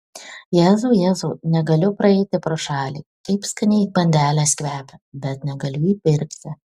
jėzau jėzau negaliu praeiti pro šalį kaip skaniai bandelės kvepia bet negaliu įpirkti